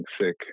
sick